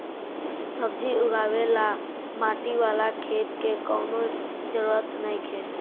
सब्जी उगावे ला माटी वाला खेत के कवनो जरूरत नइखे